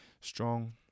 strong